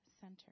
center